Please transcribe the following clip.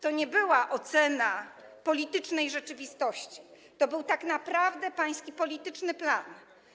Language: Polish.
To nie była ocena politycznej rzeczywistości, to był tak naprawdę pański polityczny plan.